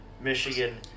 Michigan